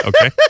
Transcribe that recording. okay